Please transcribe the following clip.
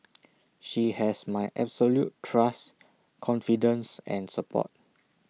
she has my absolute trust confidence and support